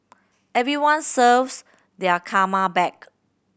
everyone serves their karma back